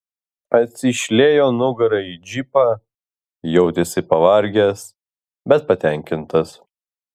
atsišliejo nugara į džipą jautėsi pavargęs bet patenkintas